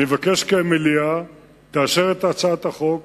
אני מבקש כי המליאה תאשר את הצעת החוק